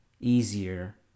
easier